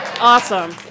Awesome